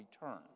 return